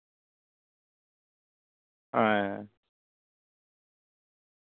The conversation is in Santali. ᱦᱮᱸ